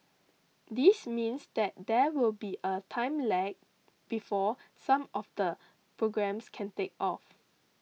this means that there will be a time lag before some of the programmes can take off